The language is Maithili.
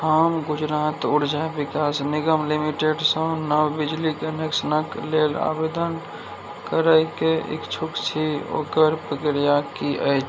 हम गुजरात उर्जा विकास निगम लिमिटेडसँ नव बिजली कनेक्शनके लेल आवेदन करैके इच्छुक छी ओकर प्रक्रिया कि अछि